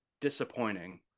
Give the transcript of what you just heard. disappointing